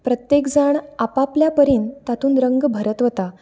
प्रत्येकजाण आपआपल्या परिन तातूंत रंग भरत वता